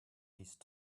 these